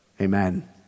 Amen